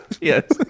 Yes